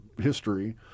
history